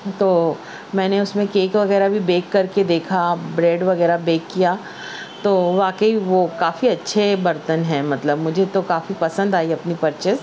تو میں نے اس میں کیک وغیرہ بھی بیک کر کے دیکھا بریڈ وغیرہ بیک کیا تو واقعی وہ کافی اچھے برتن ہیں مطلب مجھے تو کافی پسند آئی اپنی پرچیز